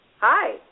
Hi